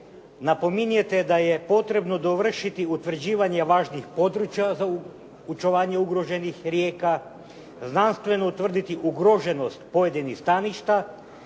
napominjete da je potrebno dovršiti utvrđivanje važnih područja za očuvanje ugroženih rijeka, znanstveno utvrditi ugroženost pojedinih staništa,